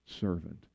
servant